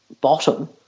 bottom